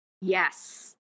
Yes